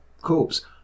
corpse